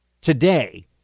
today